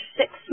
six